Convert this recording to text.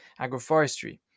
agroforestry